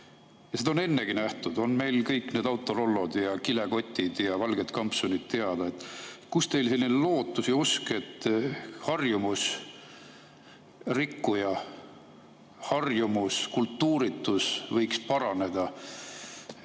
Seda on ennegi nähtud. Meil on kõik need Autorollod ja kilekotid ja valged kampsunid teada. Kust teil selline lootus ja usk, et harjumusrikkuja harjumuskultuuritus võiks paraneda?